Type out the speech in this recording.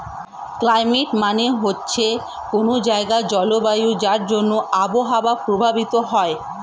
climate মানে হচ্ছে কোনো জায়গার জলবায়ু যার জন্যে আবহাওয়া প্রভাবিত হয়